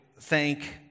thank